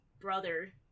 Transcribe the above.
brother